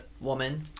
woman